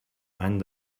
any